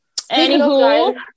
anywho